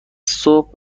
صبح